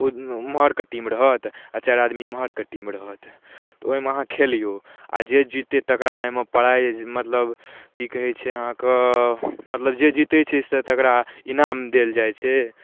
ओ ओम्हरके टीम रहत आओर चारि आदमी एम्हरके टीम रहत तऽ ओहिमे अहाँ खेलिऔ आओर जे जिततै तकरा एहिमे प्राइज मतलब कि कहै छै अहाँके मतलब जे जितै छै से तकरा इनाम देल जाइ छै